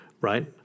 right